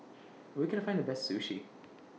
Where Can I Find The Best Sushi